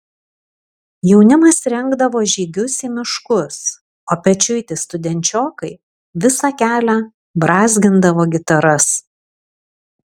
jaunimas rengdavo žygius į miškus o pečiuiti studenčiokai visą kelią brązgindavo gitaras